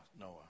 Noah